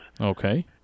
Okay